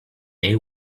they